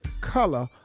color